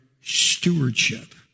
stewardship